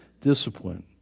discipline